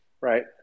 right